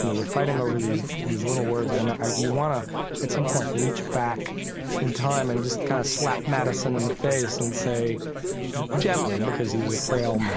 you know they're fighting over these these little words. and you want to at some point reach back in time and just kind of slap madison in the face and say gently because he was a frail man,